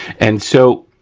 and so,